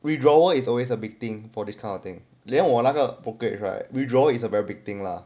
withdrawal is always a big thing for this kind of thing 连我那个 brokerage right withdrawal is a very big thing lah